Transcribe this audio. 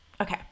Okay